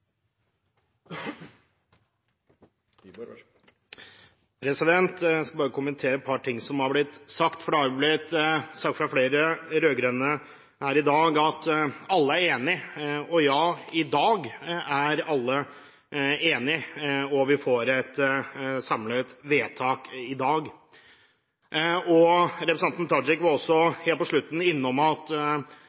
skal bare kommentere et par ting som har blitt sagt. Det har jo blitt sagt fra flere rød-grønne her i dag at alle er enig. Og, ja: I dag er alle enig, og vi får et samlet vedtak i dag. Representanten Tajik var også, helt på slutten, innom det at